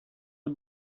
the